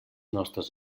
nostres